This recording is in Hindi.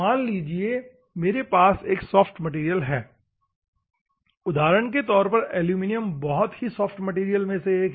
मान लीजिए मेरे पास सॉफ्ट मैटेरियल है उदाहरण के तौर पर एलुमिनियम बहुत ही सॉफ्ट मैटेरियल से है